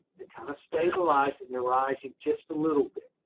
they kind of stabilize in the rising just a little bit.